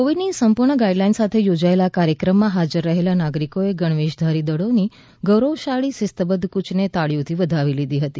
કોવીડની સંપૂર્ણ guideline સાથે યોજાયેલા કાર્યક્રમમાં હાજર રહેલા નાગરિકોએ ગણવેશધારી દળોની ગૌરવશાળી શિસ્તબધ્ધ કૃચને તાળીઓથી વધાવી લીધી હતી